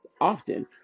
often